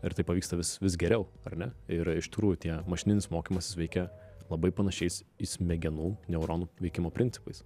ir tai pavyksta vis vis geriau ar ne ir iš tikrųjų tie mašininis mokymasis veikia labai panašiais į smegenų neuronų veikimo principais